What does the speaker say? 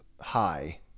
high